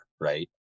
Right